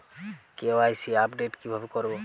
KYC update কিভাবে করবো?